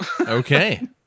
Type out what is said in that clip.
Okay